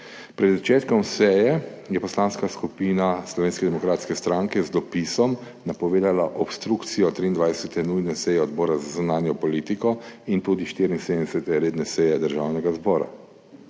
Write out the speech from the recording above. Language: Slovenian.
Pred začetkom seje je Poslanska skupina Slovenske demokratske stranke z dopisom napovedala obstrukcijo 23. nujne seje Odbora za zunanjo politiko in tudi 74. redne seje Državnega zbora.